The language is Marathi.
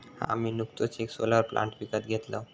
आम्ही नुकतोच येक सोलर प्लांट विकत घेतलव